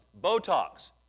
Botox